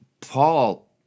Paul